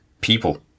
people